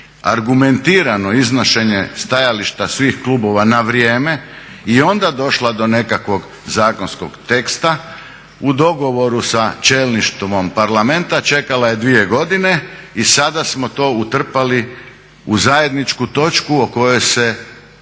argumentirano iznošenje stajališta svih klubova na vrijeme i onda došla do nekakvog zakonskog teksta u dogovoru sa čelništvom Parlamenta čekala je 2 godine i sada smo to utrpali u zajedničku točku o kojoj se